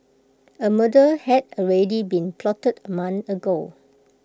A murder had already been plotted A month ago